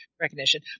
recognition